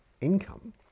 income